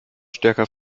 stärker